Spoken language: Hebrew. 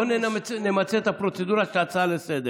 בואו נמצה את הפרוצדורה של ההצעה לסדר-היום.